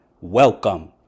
Welcome